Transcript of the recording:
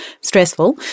stressful